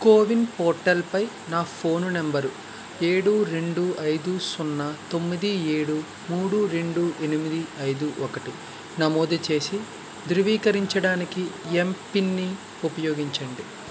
CoWIN పోర్టల్పై నా phone number ఏడు రెండు ఐదు సున్నా తొమ్మిది ఏడు మూడు రెండు ఎనిమిది ఐదు ఒకటి నమోదు చేసి ధృవీకరించడానికి ఎంపిన్ని ఉపయోగించండి